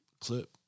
clip